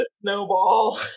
snowball